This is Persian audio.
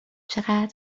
چقدر